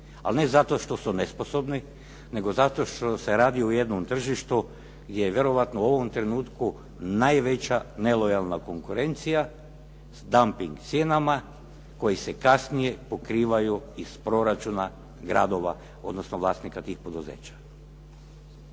ali ne zato što su nesposobni, nego zato što se radi o jednom tržištu gdje je vjerojatno u ovom trenutku najveća nelojalna konkurencija, s … /Govornik se ne razumije./ … cijenama koje se kasnije pokrivaju iz proračuna gradova, odnosno vlasnika tih poduzeća.